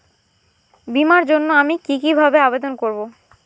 বিমার জন্য আমি কি কিভাবে আবেদন করব?